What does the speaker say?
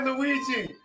Luigi